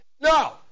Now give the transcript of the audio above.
No